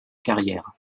carrière